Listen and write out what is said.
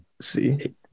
See